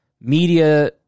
media